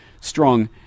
Strong